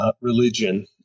Religion